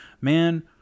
man